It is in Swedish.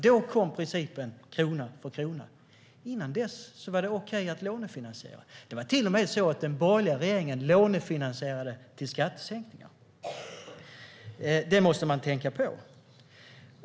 Då kom principen om krona för krona. Innan dess var det okej att lånefinansiera. Det var till och med så att den borgerliga regeringen lånefinansierade skattesänkningar. Det måste man tänka på.